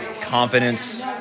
confidence